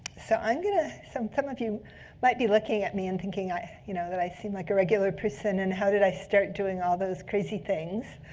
so and some some of you might be looking at me and thinking you know that i seem like a regular person, and how did i start doing all those crazy things.